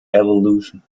evolution